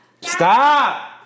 Stop